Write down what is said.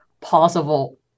possible